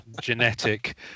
genetic